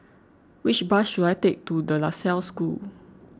which bus should I take to De La Salle School